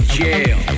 jail